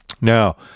Now